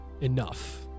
enough